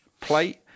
plate